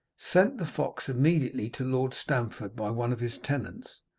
sent the fox immediately to lord stamford by one of his tenants,